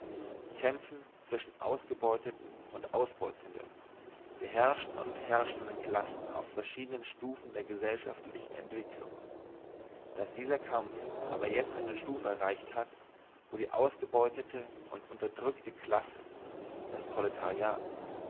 kämpfen zwischen ausgebeuteten und ausbeutenden beherrschten und herrschenden klassen auf verschiedenen stufen der gesellschaftlichen entwicklung daß dieser kampf aber jetzt eine stufe erreicht hat wo die ausgebeutete und unterdrückte klasse das proletariat